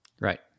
right